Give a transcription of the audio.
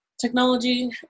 technology